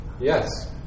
Yes